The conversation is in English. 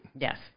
Yes